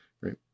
Right